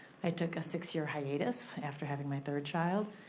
i took a six year hiatus after having my third child.